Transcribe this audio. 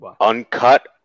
Uncut